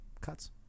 cuts